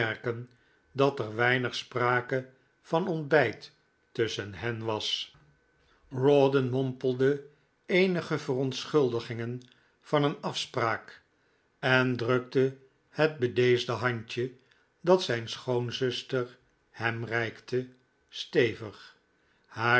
dat er weinig sprake van ontbijt tusschen hen was rawdon mompelde eenige verontschuldigingen van een afspraak en drukte het bedeesde handje dat zijn schoonzuster hem reikte stevig haar